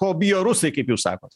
ko bijo rusai kaip jūs sakot